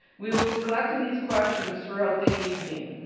we will be collecting these questions throughout the evening.